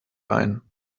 ein